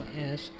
yes